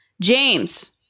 James